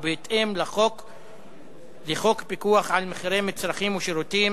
ובהתאם לחוק פיקוח על מחירי מצרכים ושירותים.